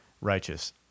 righteous